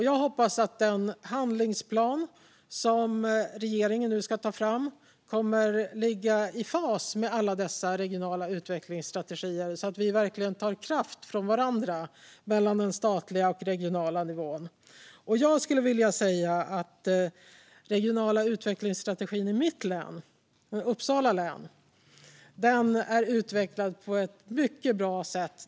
Jag hoppas att den handlingsplan som regeringen nu ska ta fram kommer att ligga i fas med alla dessa regionala utvecklingsstrategier så att vi verkligen hämtar kraft från varandra mellan den statliga och den regionala nivån. Den regionala utvecklingsstrategin i mitt hemlän Uppsala län är utvecklad på ett mycket bra sätt.